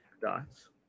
dots